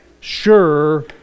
sure